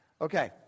Okay